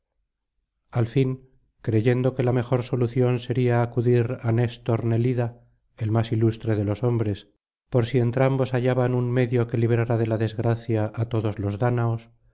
al fin creyendo que la mejor resolución sería acudir á néstor nelida el más ilustre de los hombres por si entrambos hallaban un medio que librara de la desgracia á todos los dáñaos